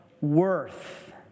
Worth